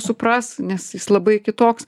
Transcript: supras nes jis labai kitoks